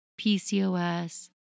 PCOS